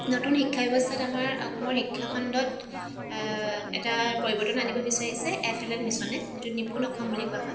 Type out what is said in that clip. নতুন শিক্ষা ব্যৱস্থাত আমাৰ অসমৰ শিক্ষাখণ্ডত এটা পৰিৱৰ্তন আনিব বিচাৰিছে এফ এল এন মিছনে যিটো নিপুন অসম বুলি কোৱা হয়